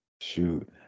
Shoot